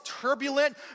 turbulent